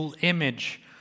image